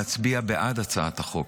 להצביע בעד הצעת החוק,